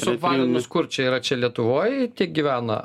suapvalinus kur čia yra čia lietuvoj tiek gyvena